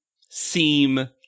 seem